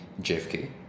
JFK